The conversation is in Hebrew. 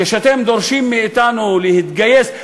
כשאתם דורשים מאתנו להתגייס?